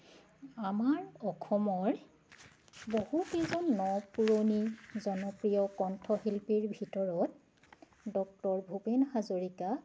আমাৰ অসমৰ বহুকেইজন ন পুৰণি জনপ্ৰিয় কণ্ঠশিল্পীৰ ভিতৰত ডক্টৰ ভূপেন হাজৰিকা